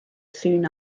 soon